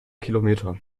kilometer